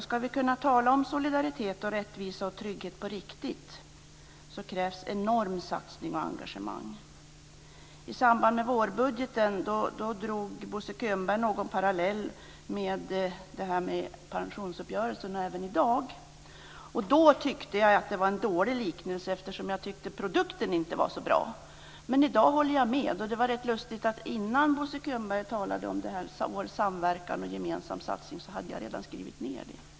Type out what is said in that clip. Ska vi kunna tala om solidaritet, rättvisa och trygghet på riktigt krävs en enorm satsning och ett stort engagemang. I samband med vårbudgeten drog Bosse Könberg en parallell till pensionsuppgörelsen, liksom även i dag. Då tyckte jag att det var en dålig liknelse eftersom jag tyckte att produkten inte var så bra. Men i dag håller jag med. Det var rätt lustigt att innan Bosse Könberg talade om vår samverkan och om en gemensam satsning hade jag redan skrivit ned det.